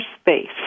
space